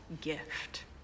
gift